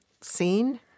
scene